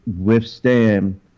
withstand